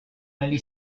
negli